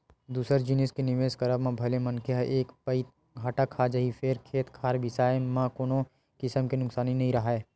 दूसर जिनिस के निवेस करब म भले मनखे ह एक पइत घाटा खा जाही फेर खेत खार बिसाए म कोनो किसम के नुकसानी नइ राहय